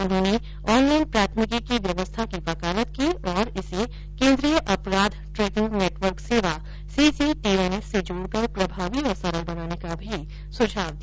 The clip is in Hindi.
उन्होंने ऑनलाइन प्राथमिकी की व्यवस्था की वकालत की और इसे केन्द्रीय अपराध ट्रेकिंग नेटवर्क सेवा सीसीटीएनएस से जोड़कर प्रभावी और सरल बनाने का भी सुझाव दिया